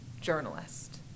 journalist